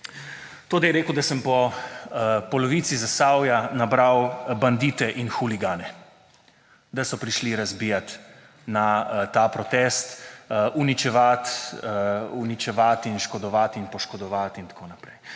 je rekel, da sem po polovici Zasavja nabral bandite in huligane, da so prišli razbijat na ta protest, uničevat in škodovat in poškodovat in tako naprej.